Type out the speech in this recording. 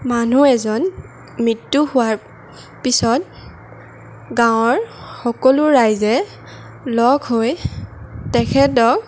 মানুহ এজন মৃত্যু হোৱাৰ পিছত গাঁৱৰ সকলো ৰাইজে লগ হৈ তেখেতক